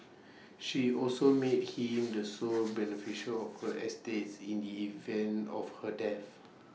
she also made him the sole beneficiary of her estate in the event of her death